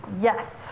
Yes